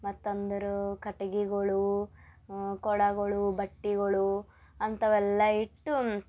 ಮತ್ತು ಅಂದ್ರೆ ಕಟಿಗಿಗಳು ಕೊಳಗಳು ಬಟ್ಟೆಗಳು ಅಂಥವೆಲ್ಲ ಇಟ್ಟು